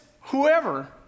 whoever